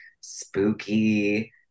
spooky